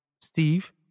Steve